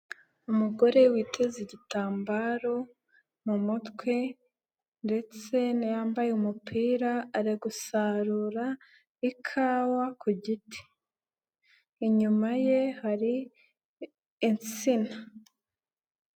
Umugore witeze igitambaro mu mutwe ndetse yambaye umupira ari gusarura ikawa ku giti, inyuma ye hari insina.